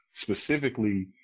specifically